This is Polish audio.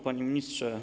Panie Ministrze!